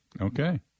Okay